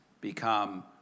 become